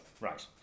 Right